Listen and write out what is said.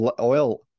oil